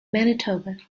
manitoba